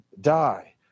die